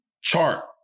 chart